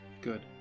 Good